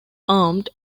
armed